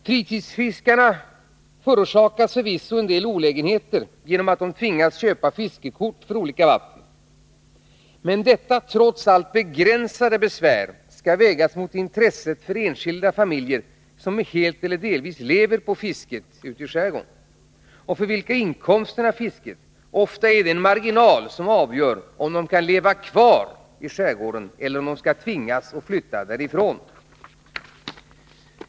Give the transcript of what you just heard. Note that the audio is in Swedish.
Fritidsfiskarna förorsakas förvisso en del olägenheter av att de tvingas köpa fiskekort för olika vatten. Men detta trots allt begränsade besvär skall vägas mot intresset för enskilda familjer, som helt eller delvis lever på fisket ute i skärgården och för vilka inkomsterna av fisket ofta är den marginal som avgör om de skall kunna leva kvar i skärgården eller om de skall tvingas att flytta därifrån.